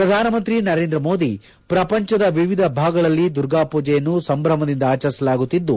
ಶ್ರಧಾನಮಂತ್ರಿ ನರೇಂದ್ರಮೋದಿ ಪ್ರಪಂಚದ ವಿವಿಧ ಭಾಗಗಳಲ್ಲಿ ದುರ್ಗಾಪೂಜೆಯನ್ನು ಸಂಭಮದಿಂದ ಆಚರಿಸಲಾಗುತ್ತಿದ್ದು